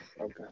Okay